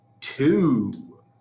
two